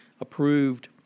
approved